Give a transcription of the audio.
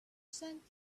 sent